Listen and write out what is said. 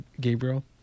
Gabriel